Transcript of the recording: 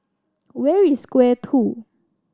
where is Square Two